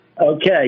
Okay